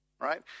Right